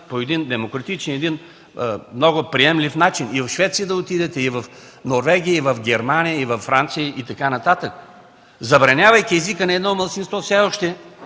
по един демократичен, по един много приемлив начин – и в Швеция да отидете, и в Норвегия, и в Германия, и във Франция, и така нататък. Забранявайки езика на едно малцинство, явно все